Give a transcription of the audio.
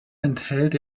enthält